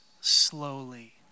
slowly